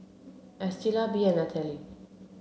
Estela Bee and Natalie